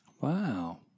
Wow